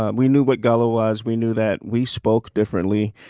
ah we knew what gullah was we knew that we spoke differently.